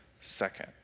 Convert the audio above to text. second